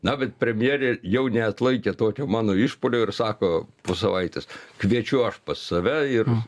na bet premjerė jau neatlaikė tokio mano išpuolio ir sako po savaitės kviečiu aš pas save ir